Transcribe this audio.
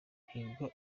hugo